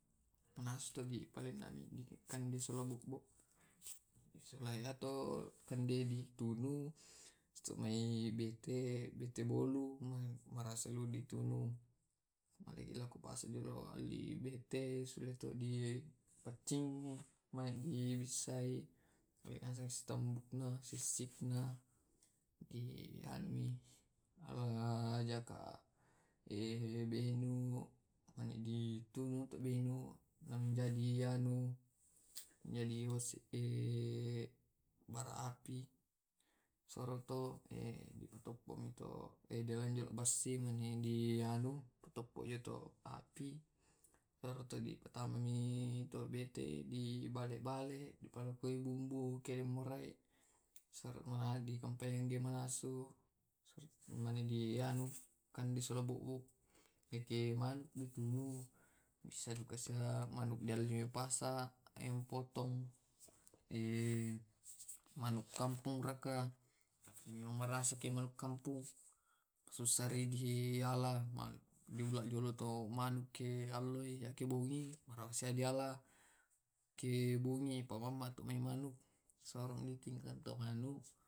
Siola sia terus marasa juga dipaiola bokko siola cumi cumi penjelasanna i utang e pertama to o dibissei mane di polo polo manhe dinasu bale manasu dibissei jolo mane sialai apnna sissi na mane di polo polo nmane diballapelkkoi siola sia siola sarre mane di nasu di kompor mane die bale tunu mane dinasu.